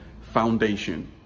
Foundation